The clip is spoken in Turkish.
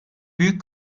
büyük